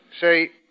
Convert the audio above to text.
say